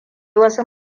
wasu